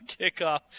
kickoff